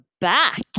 back